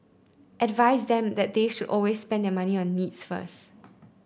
advise them that they should always spend their money on needs first